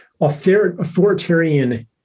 authoritarian